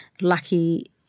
lucky